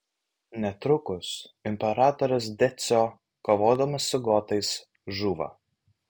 netrukus imperatorius decio kovodamas su gotais žūva